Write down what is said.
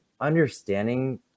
understanding